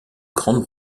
grande